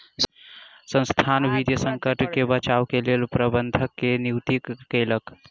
संसथान वित्तीय संकट से बचाव के लेल प्रबंधक के नियुक्ति केलक